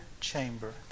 chamber